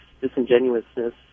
disingenuousness